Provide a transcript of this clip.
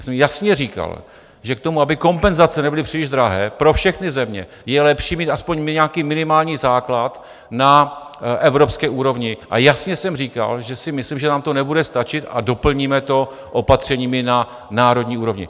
Já jsem jasně říkal, že k tomu, aby kompenzace nebyly příliš drahé pro všechny země, je lepší mít aspoň nějaký minimální základ na evropské úrovni, a jasně jsem říkal, že si myslím, že nám to nebude stačit a doplníme to opatřeními na národní úrovni.